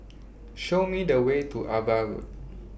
Show Me The Way to AVA Road